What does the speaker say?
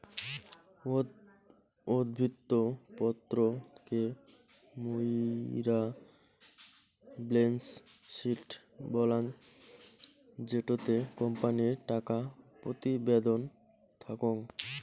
উদ্ধৃত্ত পত্র কে মুইরা বেলেন্স শিট বলাঙ্গ জেটোতে কোম্পানির টাকা প্রতিবেদন থাকাং